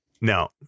No